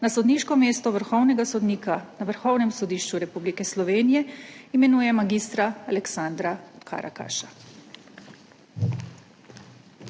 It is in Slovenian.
na sodniško mesto vrhovnega sodnika na Vrhovnem sodišču Republike Slovenije imenuje mag. Aleksandra Karakaša.